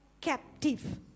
captive